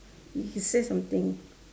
he say something